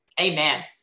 amen